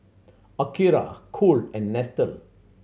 Akira Cool and Nestle